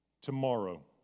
tomorrow